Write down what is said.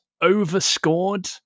overscored